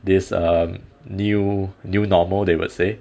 this um new new normal they will say